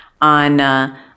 on